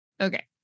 okay